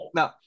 Now